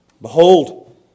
Behold